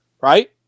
right